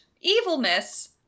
evilness